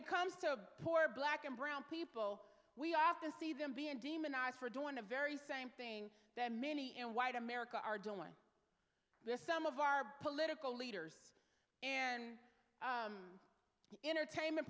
it comes to poor black and brown people we often see them being demonized for doing the very same thing that many in white america are doing they are some of our political leaders and entertainment